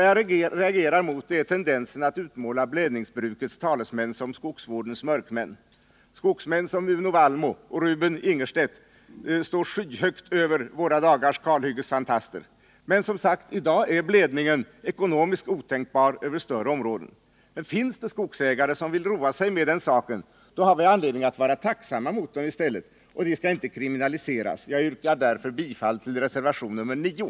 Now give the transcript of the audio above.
Jag reagerar mot tendensen att utmåla blädningsbrukets talesmän som skogsvårdens mörkmän. Skogsmän som Uno Wallmo och Ruben Ingerstedt stod skyhögt över våra dagars kalhyggesfantaster. Men, som sagt, i dag är blädning ekonomiskt otänkbar över större områden. Finns det emellertid skogsägare som vill roa sig med den saken har vi anledning att vara tacksamma mot dem i stället för att kriminalisera dem. Jag yrkar därför bifall till reservation nr 9.